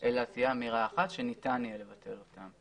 אלא תהיה אמירה אחת שניתן יהיה לבטל אותן.